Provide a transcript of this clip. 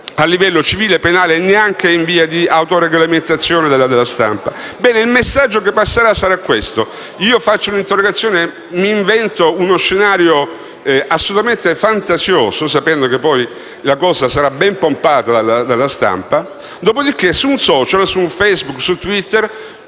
a livello civile e penale e neanche in via di autoregolamentazione della stampa. Bene, il messaggio che passerà sarà il seguente: presento un'interrogazione, invento uno scenario assolutamente fantasioso, sapendo che poi la cosa sarà ben pompata dalla stampa; dopo di che, su una piattaforma *social* come Facebook o Twitter